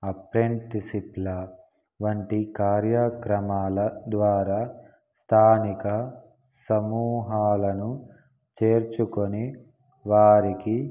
అప్రెంటిసిప్ల వంటి కార్యక్రమాల ద్వారా స్థానిక సమూహాలను చేర్చుకొని వారికి